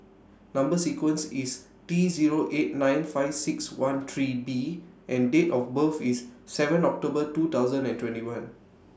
Number sequence IS T Zero eight nine five six one three B and Date of birth IS seven October two thousand and twenty one